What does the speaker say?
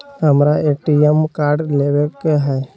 हमारा ATM card लेव के हई